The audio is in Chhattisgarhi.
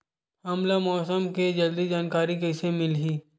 हमला मौसम के जल्दी जानकारी कइसे मिलही?